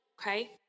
okay